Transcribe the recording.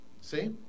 See